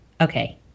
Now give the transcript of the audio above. okay